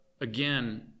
again